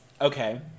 Okay